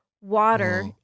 water